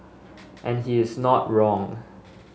and he is not wrong